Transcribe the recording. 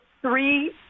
three